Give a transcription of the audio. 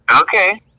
Okay